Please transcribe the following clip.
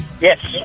Yes